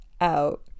out